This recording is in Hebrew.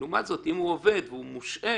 לעומת זאת אם הוא עובד והוא מושעה,